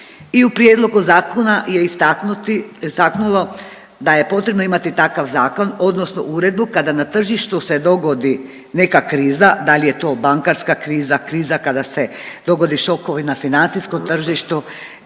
I u prijedlogu zakona je istaknuti, istaknulo da je potrebno imati takav zakon odnosno uredbu kada na tržištu se dogodi neka kriza, da li je to bankarska kriza, kriza kada se dogode šokovi na financijskom tržištu,